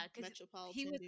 Metropolitan